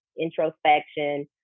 introspection